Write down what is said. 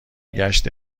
گشت